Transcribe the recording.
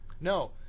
No